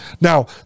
Now